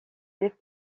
des